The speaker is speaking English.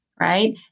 right